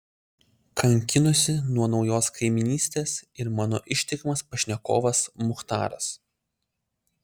kankinosi nuo naujos kaimynystės ir mano ištikimas pašnekovas muchtaras